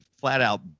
flat-out